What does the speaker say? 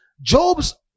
Job's